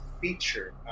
feature